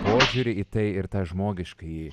požiūrį į tai ir tą žmogiškąjį